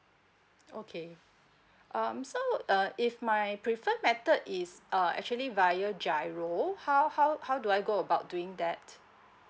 okay um so uh if my prefer method is uh actually via G_I_R_O how how how do I go about doing that